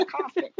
coffee